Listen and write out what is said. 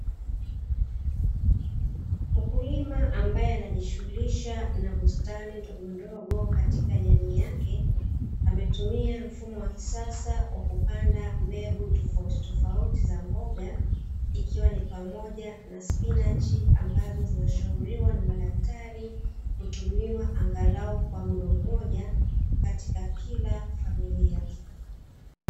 Mkulima ambae anaejishughulisha na bustani ndogondogo katika jamii yake, ametumia mfumo wa kisasa wa kupanda mbegu tofautitofauti za mboga ikiwa ni pamoja na spinachi, ambazo zinashauriwa na madaktari kutumiwa angalau kwa mlo moja katika kila familia.